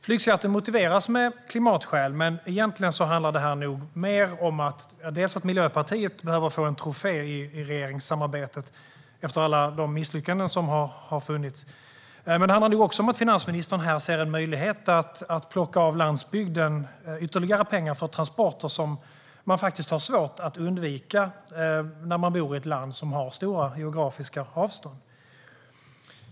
Flygskatten motiveras med klimatskäl, men egentligen handlar det här nog mer om att Miljöpartiet behöver en trofé i regeringssamarbetet efter alla de misslyckanden som har funnits. Det handlar nog också om att finansministern här ser en möjlighet att plocka av landsbygden ytterligare pengar för transporter - transporter som är svåra att undvika när man bor i ett land med stora geografiska avstånd.